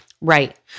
Right